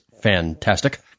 fantastic